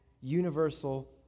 Universal